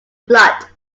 flood